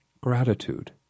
gratitude